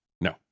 No